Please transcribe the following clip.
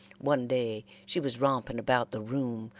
one day she was romping about the room,